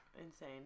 Insane